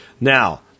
Now